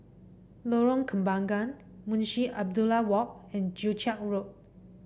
Lorong Kembangan Munshi Abdullah Walk and Joo Chiat Road